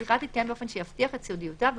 השיחה תתקיים באופן שיבטיח את סודיותה,